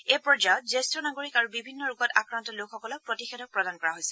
এই পৰ্যায়ত জ্যেষ্ঠ নাগৰিক আৰু বিভিন্ন ৰোগত আক্ৰান্ত লোকসকলক প্ৰতিষেধক প্ৰদান কৰা হৈছে